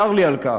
צר לי על כך,